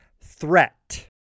threat